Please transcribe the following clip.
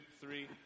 three